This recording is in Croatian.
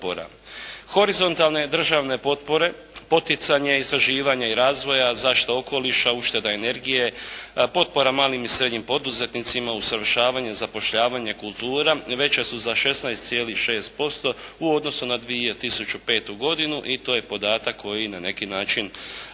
Horizontalne državne potpore poticanja, istraživanja i razvoja, zaštita okoliša, ušteda energije, potpora malim i srednjim poduzetnicima, usavršavanje, zapošljavanje, kultura veća su za 16,6% u odnosu na 2005. godinu i to je podatak koji na neki način